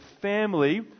family